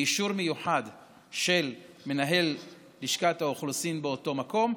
באישור מיוחד של מנהל לשכת האוכלוסין באותו מקום,